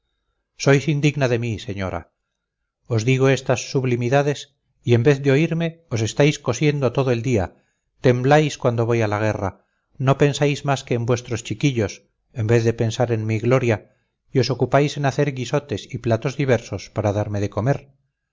bayonetas sois indigna de mí señora os digo estas sublimidades y en vez de oírme os estáis cosiendo todo el día tembláis cuando voy a la guerra no pensáis más que en vuestros chiquillos en vez de pensar en mi gloria y os ocupáis en hacer guisotes y platos diversos para darme de comer